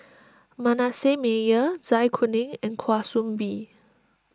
Manasseh Meyer Zai Kuning and Kwa Soon Bee